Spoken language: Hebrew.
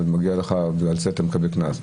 על זה אתה מקבל קנס.